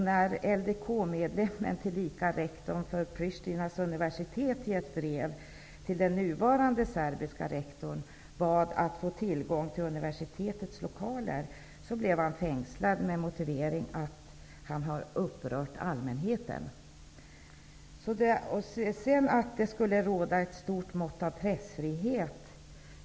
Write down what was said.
När LDK-medlemmen tillika rektorn för Pristinas universitet i ett brev till den nuvarande serbiske rektorn bad att få tillgång till universitetets lokaler, blev han fängslad med motiveringen att han hade upprört allmänheten. Det står också i svaret att det råder ett stort mått av pressfrihet.